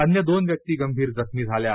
अन्य दोन व्यक्ती गंभीर जखमी झाल्या आहेत